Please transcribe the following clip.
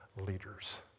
leaders